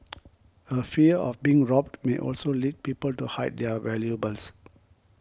a fear of being robbed may also lead people to hide their valuables